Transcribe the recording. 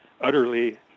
utterly